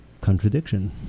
contradiction